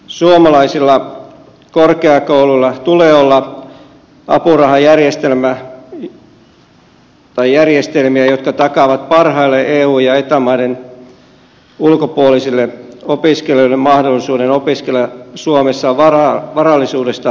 tämän vuoksi myös suomalaisilla korkeakouluilla tulee olla apurahajärjestelmiä jotka takaavat parhaille eu ja eta maiden ulkopuolisille opiskelijoille mahdollisuuden opiskella suomessa varallisuudesta riippumatta